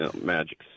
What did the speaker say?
Magic